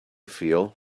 feel